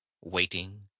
waiting